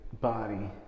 body